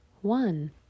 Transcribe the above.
one